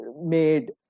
made